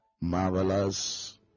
marvelous